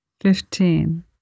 Fifteen